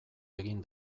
egin